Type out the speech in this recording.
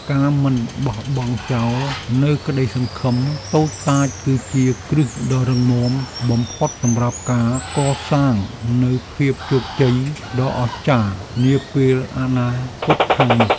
ការមិនបោះបង់ចោលនូវក្ដីសង្ឃឹមតូចតាចគឺជាគ្រឹះដ៏រឹងមាំបំផុតសម្រាប់ការកសាងនូវភាពជោគជ័យដ៏អស្ចារ្យនាពេលអនាគតខាងមុខ។